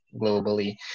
globally